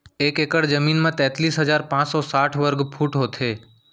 एक एकड़ जमीन मा तैतलीस हजार पाँच सौ साठ वर्ग फुट होथे